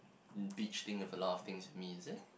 beach thing and a lot of things with me is it